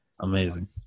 amazing